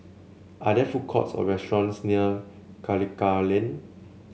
are there food courts or restaurants near Karikal Lane